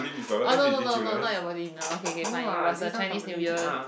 oh no no no no not your birthday dinner okay okay fine it was a Chinese New Year